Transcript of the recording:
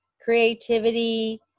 creativity